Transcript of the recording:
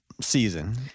Season